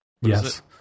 Yes